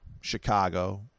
Chicago